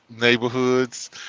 neighborhoods